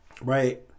Right